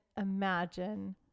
imagine